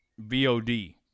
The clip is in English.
VOD